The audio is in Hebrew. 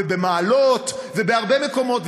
במעלות ובהרבה מקומות,